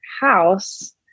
house